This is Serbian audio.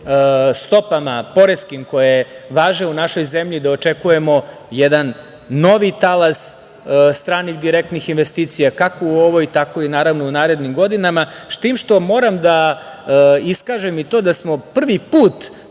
stopama poreskim koje važe u našoj zemlji da očekujemo jedan novi talas stranih direktnih investicija, kako u ovoj, tako i naravno u narednim godinama, s tim što moram da iskažem i to da smo prvi put